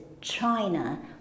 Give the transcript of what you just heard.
China